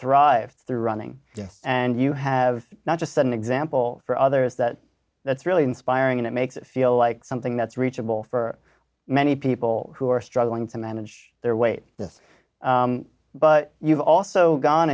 hrive through running and you have not just an example for others that that's really inspiring and it makes it feel like something that's reachable for many people who are struggling to manage their weight but you've also gone